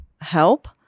help